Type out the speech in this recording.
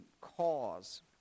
cause